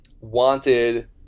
wanted